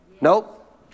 Nope